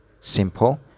simple